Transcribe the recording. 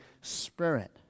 Spirit